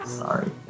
Sorry